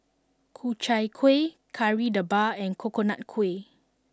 Ku Chai Kueh Kari Debal and Coconut Kuih